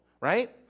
right